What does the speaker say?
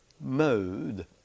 mode